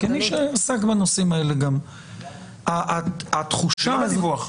כמי שעסק בנושאים האלה --- זה לא בדיווח.